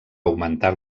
augmentar